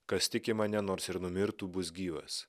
kas tiki mane nors ir numirtų bus gyvas